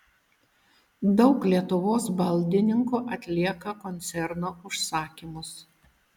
daug lietuvos baldininkų atlieka koncerno užsakymus